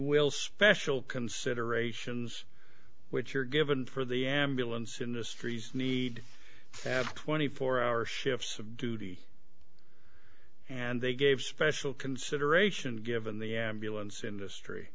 will special considerations which are given for the ambulance industries need to have twenty four hour shifts of duty and they gave special consideration given the ambulance industry